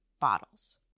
bottles